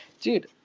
Dude